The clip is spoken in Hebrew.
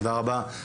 תודה רבה.